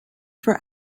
for